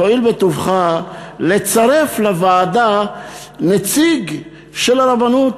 תואיל בטובך לצרף לוועדה נציג של הרבנות,